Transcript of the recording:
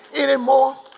anymore